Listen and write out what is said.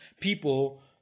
people